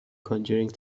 conjuring